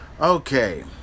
okay